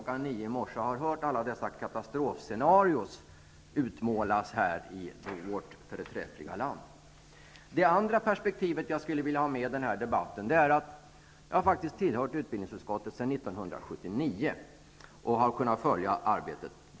9.00 i morse har hört alla dessa katastrofscenarion utmålas över situationen i vårt förträffliga land. Det finns ett annat perspektiv som jag skulle vilja ha med i den här debatten. Jag har tillhört utbildningsutskottet sedan 1979 och har den vägen kunnat följa arbetet.